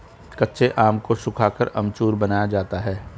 कच्चे आम को सुखाकर अमचूर बनाया जाता है